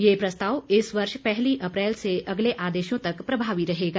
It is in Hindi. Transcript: यह प्रस्ताव इस वर्ष पहली अप्रैल से अगले आदेशों तक प्रभावी रहेगा